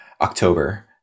October